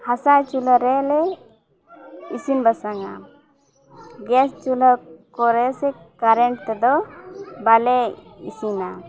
ᱦᱟᱥᱟ ᱪᱩᱞᱟᱹ ᱨᱮᱞᱮ ᱤᱥᱤᱱ ᱵᱟᱥᱟᱝᱟ ᱜᱮᱥ ᱪᱩᱞᱦᱟᱹ ᱠᱚᱨᱮ ᱥᱮ ᱠᱟᱨᱮᱱᱴ ᱛᱮᱫᱚ ᱵᱟᱞᱮ ᱤᱥᱤᱱᱟ